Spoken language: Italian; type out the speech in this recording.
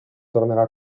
tornerà